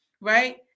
Right